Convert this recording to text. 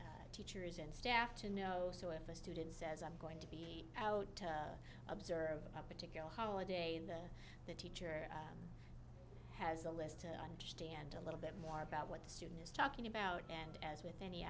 our teachers and staff to know so if a student says i'm going to be out observe a particular holiday and the teacher has a list to understand a little bit more about what the student is talking about and as with any